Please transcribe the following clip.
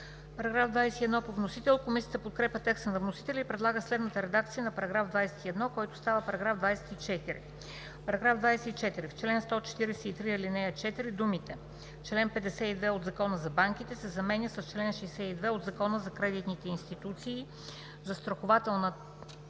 Параграф 21 по вносител. Комисията подкрепя текста на вносителя и предлага следната редакция на § 21, който става § 24: „§ 24. В чл. 143, ал. 4 думите „чл. 52 от Закона за банките“ се заменят с „чл. 62 от Закона за кредитните институции, застрахователна